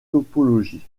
topologie